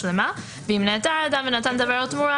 ואם נעתר האדם ונתן דבר או תמורה,